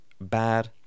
bad